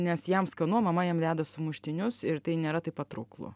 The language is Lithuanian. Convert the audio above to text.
nes jam skanu o mama jam deda sumuštinius ir tai nėra taip patrauklu